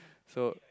so